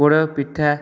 ପୋଡ଼ପିଠା